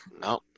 no